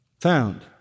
found